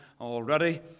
already